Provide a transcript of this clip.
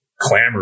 clamor